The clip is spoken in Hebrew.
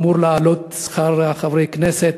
אמור לעלות שכר חברי הכנסת